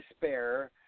despair